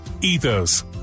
Ethos